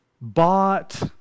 bought